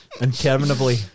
interminably